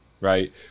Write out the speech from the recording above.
right